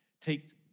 Take